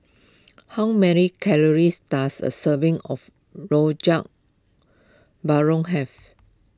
how many calories does a serving of Rojak have